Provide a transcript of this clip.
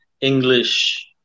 English